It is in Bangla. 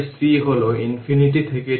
এই হল ইকুয়েশন 11